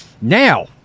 Now